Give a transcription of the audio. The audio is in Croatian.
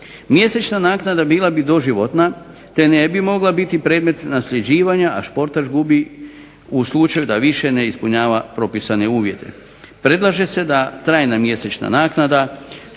Mjesečna naknada bila bi doživotna, te ne bi mogla biti predmet nasljeđivanja, a športaš gubi u slučaju da više ne ispunjava propisane uvjete. Predlaže se da trajna mjesečna naknada